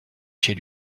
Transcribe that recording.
chez